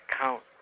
count